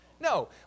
no